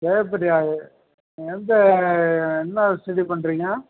ஜெயப்பிரியா எ எந்த என்ன ஸ்டெடி பண்ணுறீங்க